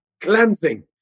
cleansing